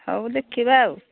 ହଉ ଦେଖିବା ଆଉ